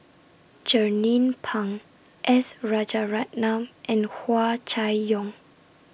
Jernnine Pang S Rajaratnam and Hua Chai Yong